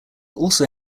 also